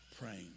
praying